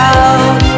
out